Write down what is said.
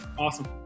Awesome